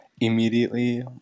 Immediately